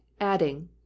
adding